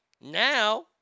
Now